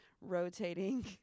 rotating